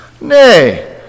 Nay